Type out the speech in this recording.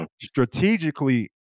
strategically